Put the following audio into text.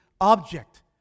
object